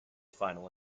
final